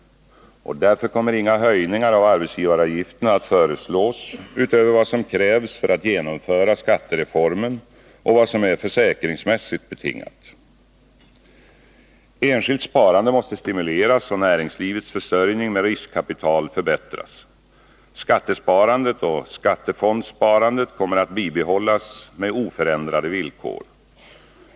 Därför kommer inga höjningar av arbetsgivaravgifterna att föreslås utöver vad som krävs för att genomföra skattereformen och vad som är försäkringsmässigt betingat. Enskilt sparande måste stimuleras och näringslivets försörjning med riskkapital förbättras. Skattesparandet och skattefondssparandet kommer att bibehållas med oförändrade villkor.